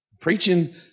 Preaching